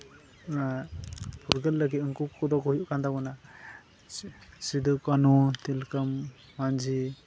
ᱚᱱᱟ ᱯᱷᱩᱨᱜᱟᱹᱞ ᱞᱟᱹᱜᱤᱫ ᱩᱱᱠᱩ ᱠᱚᱫᱚ ᱠᱚ ᱦᱩᱭᱩᱜ ᱠᱟᱱ ᱛᱟᱵᱚᱱᱟ ᱥᱤᱫᱩ ᱠᱟᱹᱱᱩ ᱛᱤᱞᱠᱟᱹ ᱢᱟᱹᱡᱷᱤ